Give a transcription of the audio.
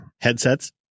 Headsets